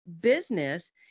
business